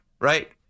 right